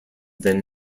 than